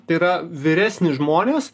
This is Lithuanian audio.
tai yra vyresni žmonės